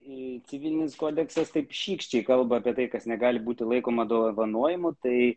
jei civilinis kodeksas taip šykščiai kalba apie tai kas negali būti laikoma dovanojimu tai